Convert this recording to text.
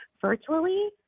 virtually